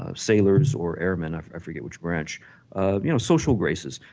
ah sailors or airmen i forget which branch you know social races.